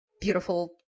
beautiful